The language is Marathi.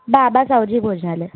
बाबा सावजी भोजनालय